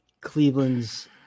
Cleveland's